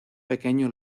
pequeño